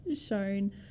shown